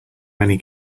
many